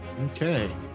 Okay